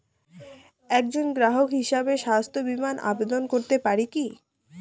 একজন গ্রাহক হিসাবে স্বাস্থ্য বিমার আবেদন করতে পারি কি?